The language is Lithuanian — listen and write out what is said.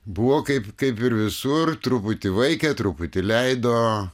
buvo kaip kaip ir visur truputį vaikė truputį leido